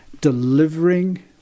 delivering